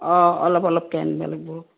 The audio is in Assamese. অঁ অলপ অলপকে আনব লাগব